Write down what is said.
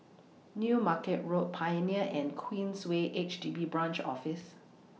New Market Road Pioneer and Queensway H D B Branch Office